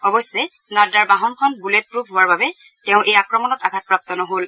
অৱশ্যে নাড্ডাৰ বাহনখন বুলেটপ্ৰফ হোৱাৰ বাবে তেওঁ এই আক্ৰমণত আঘাটপ্ৰাপ্ত নহ'ল